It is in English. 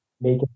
make